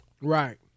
Right